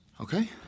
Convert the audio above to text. Okay